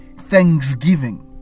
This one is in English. thanksgiving